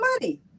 money